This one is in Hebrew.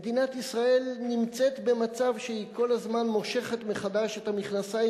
מדינת ישראל נמצאת במצב שהיא כל הזמן מושכת מחדש את המכנסיים,